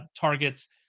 targets